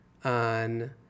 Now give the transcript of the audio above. on